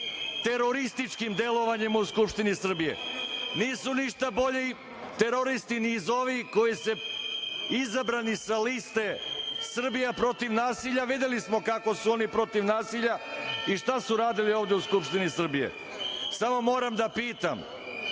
terorističkim delovanjem u Skupštini Srbije. Nisu ništa bolji teroristi izabrani sa liste Srbija protiv nasilja. Videli smo kako su oni protiv nasilja i šta su radili ovde u Skupštini Srbije. Moram da pitam